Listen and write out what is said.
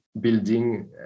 building